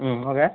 okay